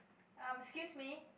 um excuse me